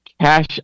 cash